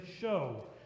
show